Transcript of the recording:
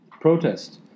protest